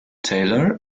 taylor